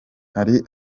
hari